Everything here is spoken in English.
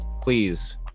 please